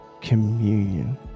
communion